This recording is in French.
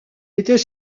était